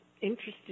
interested